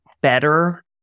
better